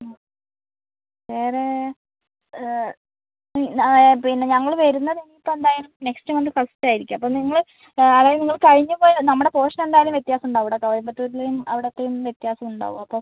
മ് വേറെ പിന്നെ ഞങ്ങൾ വരുന്ന ടൈമിൽ എന്തായാലും നെക്സ്റ്റ് മന്ത് ഫസ്റ്റ് ആയിരിക്കും അപ്പോൾ നിങ്ങൾ അതായത് നിങ്ങൾ കഴിഞ്ഞു പോയ നമ്മുടെ പോര്ഷന് എന്തായാലും വ്യത്യാസം ഉണ്ടാവും ഇവിടെ കോയമ്പത്തൂരിലെയും അവിടത്തെയും വ്യത്യാസം ഉണ്ടാവും അപ്പോൾ